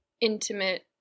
intimate